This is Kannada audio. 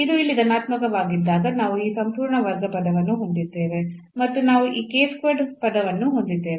ಇದು ಇಲ್ಲಿ ಧನಾತ್ಮಕವಾಗಿದ್ದಾಗ ನಾವು ಈ ಸಂಪೂರ್ಣ ವರ್ಗ ಪದವನ್ನು ಹೊಂದಿದ್ದೇವೆ ಮತ್ತು ನಾವು ಈ ಪದವನ್ನು ಹೊಂದಿದ್ದೇವೆ